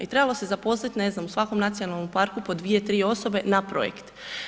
I trebalo se zaposlit, ne znam u svakom nacionalnom parku po dvije, tri osobe na projekt.